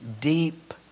deep